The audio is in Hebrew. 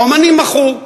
אמנים מחו,